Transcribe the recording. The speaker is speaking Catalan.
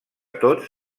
tots